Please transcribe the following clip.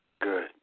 Good